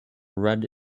red